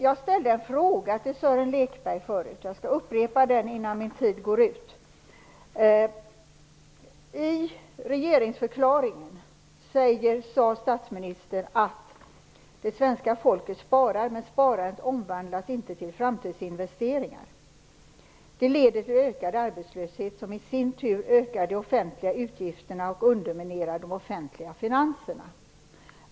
Jag ställde tidigare en fråga till Sören Lekberg, och jag skall upprepa den. I regeringsförklaringen sade statsministern: Det svenska folket sparar, men sparandet omvandlas inte till framtidsinvesteringar. Det leder till ökad arbetslöshet, som i sin tur ökar de offentliga utgifterna och underminerar de offentliga finanserna.